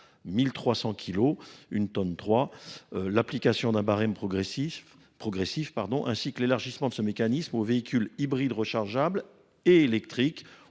1 300 kilogrammes, l’application d’un barème progressif, ainsi que l’élargissement de ce mécanisme aux véhicules hybrides rechargeables et électriques